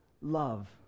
love